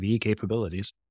capabilities